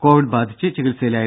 Covid ബാധിച്ച് ചികിത്സയിലായിരുന്നു